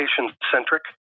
patient-centric